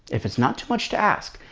if it's not too much to ask,